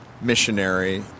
missionary